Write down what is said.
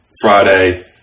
Friday